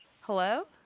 Hello